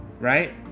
right